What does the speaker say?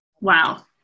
wow